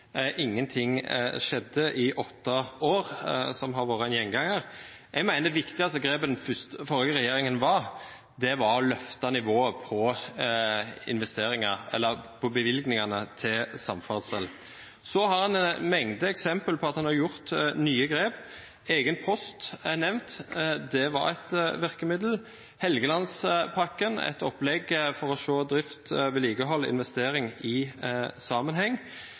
ingenting skjedde i åtte år. Det har vært en gjenganger. Jeg mener de viktigste grepene til den forrige regjeringen var å løfte nivået på investeringer – på bevilgningene til samferdsel. Så har man en mengde eksempler på at man har tatt nye grep. Egen post er nevnt. Det var et virkemiddel. Helgelandspakken er et opplegg for å se drift, vedlikehold og investering i sammenheng.